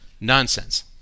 Nonsense